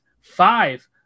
five